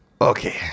Okay